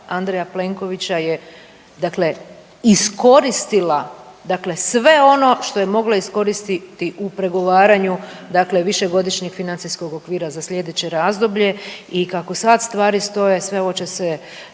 Andreja Plenkovića je, dakle iskoristila dakle sve ono što je mogla iskoristiti u pregovaranju, dakle višegodišnjeg financijskog okvira za sljedeće razdoblje. I kako sad stvari stoje sve ovo će se